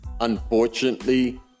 Unfortunately